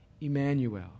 Emmanuel